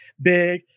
big